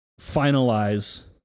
finalize